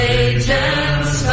agents